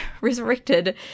resurrected